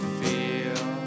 feel